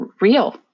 real